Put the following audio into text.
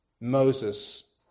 Moses